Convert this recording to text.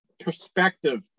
perspective